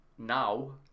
Now